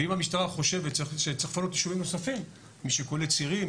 ואם המשטרה חושבת שצריך לפנות ישובים נוספים משיקולי צירים,